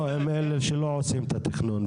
לא, הם אלה שלא עושים את התכנון.